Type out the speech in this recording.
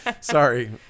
Sorry